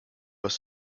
was